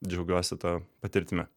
džiaugiuosi ta patirtimi